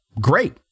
Great